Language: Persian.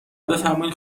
بفرمایین